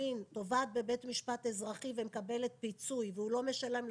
אם נפגעת מין תובעת בבית משפט אזרחי ומקבלת פיצוי והוא לא משלם לה,